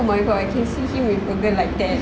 oh my god I can see him with a girl like that